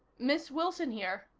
miss wilson here,